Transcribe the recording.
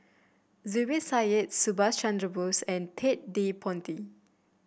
Zubir Said Subhas Chandra Bose and Ted De Ponti